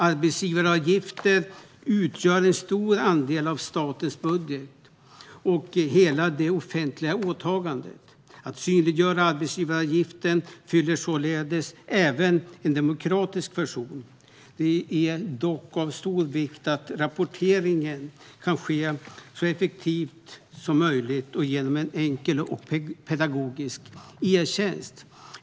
Arbetsgivaravgifter utgör en stor andel av statens budget och hela det offentliga åtagandet. Att synliggöra arbetsgivaravgiften fyller således även en demokratisk funktion. Det är dock av stor vikt att rapporteringen kan ske så effektivt som möjligt genom en enkel och pedagogisk e-tjänst.